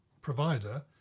provider